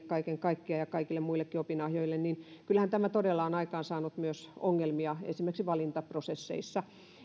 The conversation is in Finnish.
ja kaikille muillekin opinahjoille mutta kyllähän tämä on aikaansaanut myös ongelmia esimerkiksi valintaprosesseissa